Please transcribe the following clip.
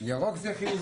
מן הסתם, ירוק זה חיובי.